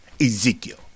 Ezekiel